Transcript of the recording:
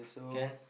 can